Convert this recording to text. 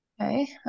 Okay